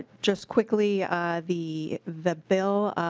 just quickly the the bill